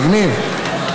מגניב.